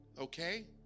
okay